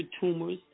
tumors